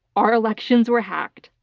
our elections were hacked.